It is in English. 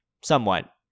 somewhat